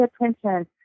attention